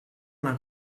una